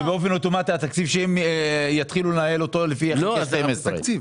זה באופן אוטומטי התקציב שהם יתחילו לנהל אותו לפי תקציב המשכי.